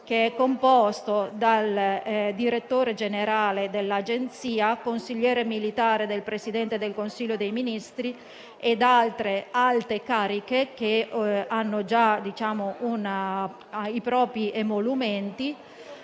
composto dal direttore generale dell'Agenzia, dal consigliere militare del Presidente del Consiglio dei ministri e da alte cariche, che hanno già i propri emolumenti.